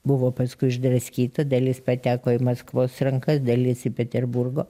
buvo paskui išdraskyta dalis pateko į maskvos rankas dalis į peterburgo